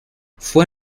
fue